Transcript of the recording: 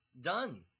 Done